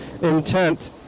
intent